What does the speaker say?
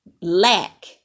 lack